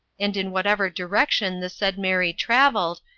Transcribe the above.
and in whatever direction the said mary traveled,